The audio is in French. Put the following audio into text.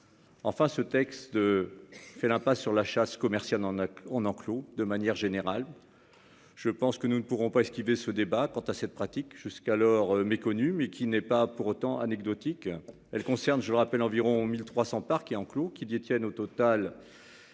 Enfin ce texte de fait l'impasse sur la chasse commerciale on a on enclos de manière générale. Je pense que nous ne pourrons pas esquiver ce débat quant à cette pratique jusqu'alors méconnu mais qui n'est pas pour autant anecdotique, elle concerne, je le rappelle, environ 1300 parc et en cloud qui détiennent au total.